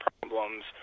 problems